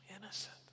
innocent